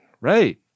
right